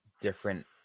different